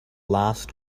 last